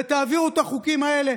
ותעבירו את החוקים האלה,